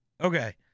Okay